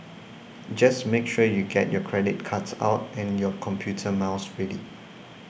just make sure you get your credit cards out and your computer mouse ready